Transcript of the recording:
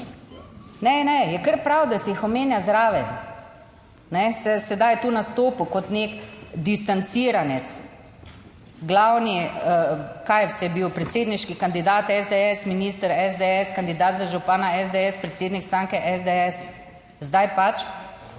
Ne, ne, je kar prav, da se jih omenja zraven, se sedaj tu nastopil kot nek distanciranec, glavni kaj je bil predsedniški kandidat SDS, minister SDS, kandidat za župana SDS, predsednik stranke SDS, zdaj pač